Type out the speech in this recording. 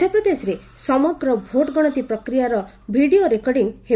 ମଧ୍ୟପ୍ରଦେଶରେ ସମଗ୍ର ଭୋଟ୍ ଗଣତି ପ୍ରକ୍ରିୟାର ଭିଡିଓ ରେକର୍ଡିଂ ହେବ